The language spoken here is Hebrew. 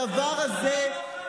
הדבר הזה,